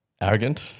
arrogant